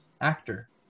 actor